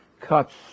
cuts